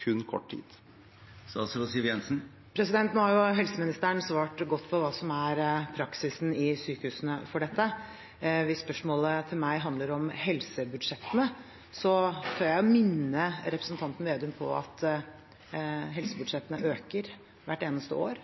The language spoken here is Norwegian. kun kort tid? Nå har jo helseministeren svart godt på hva som er praksisen for dette i sykehusene. Hvis spørsmålet til meg handler om helsebudsjettene, tør jeg minne representanten Slagsvold Vedum om at helsebudsjettene øker hvert eneste år.